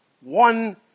one